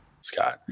Scott